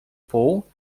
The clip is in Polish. pół